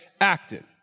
acted